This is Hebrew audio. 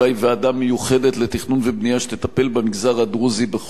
לתכנון ובנייה שתטפל במגזר הדרוזי בכל הכפרים כולם,